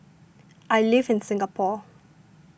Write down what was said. I live in Singapore